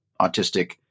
autistic